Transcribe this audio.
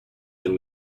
then